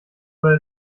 oder